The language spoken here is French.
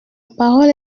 parole